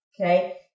Okay